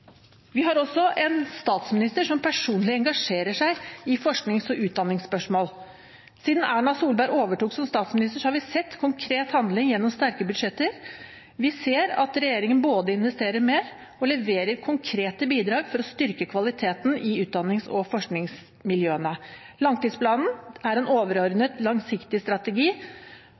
Vi har også en statsminister som personlig engasjerer seg i forsknings- og utdanningsspørsmål. Siden Erna Solberg overtok som statsminister, har vi sett konkret handling gjennom sterke budsjetter. Vi ser at regjeringen både investerer mer og leverer konkrete bidrag for å styrke kvaliteten i utdannings- og forskningsmiljøene. Langtidsplanen er en